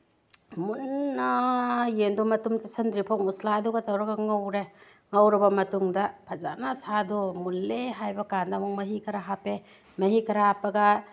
ꯃꯨꯟꯅ ꯌꯦꯟꯗꯣ ꯃꯇꯨꯝ ꯇꯥꯁꯤꯟꯗ꯭ꯔꯤ ꯐꯥꯎ ꯃꯁꯂꯥꯗꯨꯒ ꯇꯧꯔꯒ ꯉꯧꯔꯦ ꯉꯧꯔꯕ ꯃꯇꯨꯡꯗ ꯐꯖꯅ ꯁꯥꯗꯣ ꯃꯨꯜꯂꯦ ꯍꯥꯏꯕ ꯀꯥꯟꯗ ꯑꯃꯨꯛ ꯃꯍꯤ ꯈꯔ ꯍꯥꯞꯄꯦ ꯃꯍꯤ ꯈꯔ ꯍꯥꯞꯄꯒ